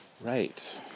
Right